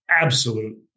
absolute